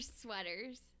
sweaters